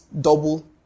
double